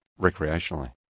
recreationally